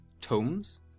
tomes